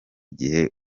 gihe